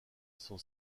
son